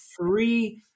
three